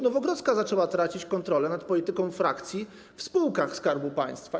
Nowogrodzka zaczęła tracić kontrolę nad polityką frakcji w spółkach Skarbu Państwa.